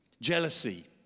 jealousy